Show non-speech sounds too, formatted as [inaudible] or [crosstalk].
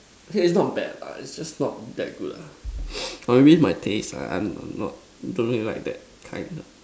okay it's not bad lah it's just not that good lah [noise] or maybe my taste ah I'm not don't really like that kind ah